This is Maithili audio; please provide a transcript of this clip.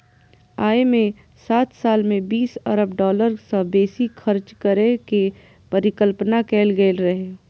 अय मे सात साल मे बीस अरब डॉलर सं बेसी खर्च करै के परिकल्पना कैल गेल रहै